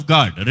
God